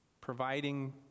providing